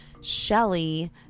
Shelly